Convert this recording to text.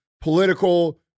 political